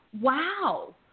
wow